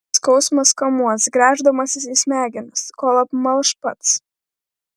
skausmas kamuos gręždamasis į smegenis kol apmalš pats